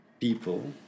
people